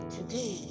Today